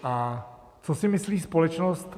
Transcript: A co si myslí společnost?